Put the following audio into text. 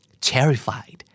Terrified